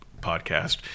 podcast